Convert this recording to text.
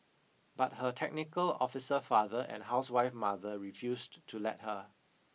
but her technical officer father and housewife mother refused to let her